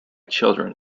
children